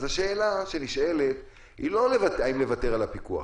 השאלה שנשאלת היא לא האם לוותר על הפיקוח